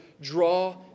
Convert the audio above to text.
draw